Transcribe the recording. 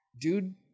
dude